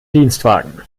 dienstwagen